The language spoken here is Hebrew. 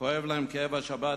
כואב להם כאב השבת,